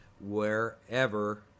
wherever